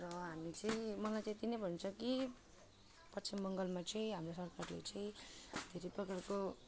र हामी चाहिँ मलाई चाहिँ त्यति नै भन्नु छ कि पश्चिम बङ्गालमा चाहिँ हाम्रो सरकारले चाहिँ धेरै प्रकारको